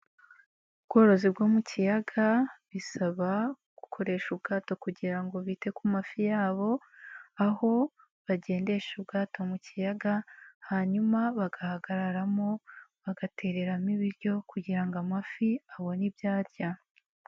Ubworozi bwo mu kiyaga bisaba gukoresha ubwato kugira ngo bite ku mafi yabo, aho bagendesha ubwato mu kiyaga, hanyuma bagahagararamo bagatereramo ibiryo kugira ngo amafi abone ibyo arya.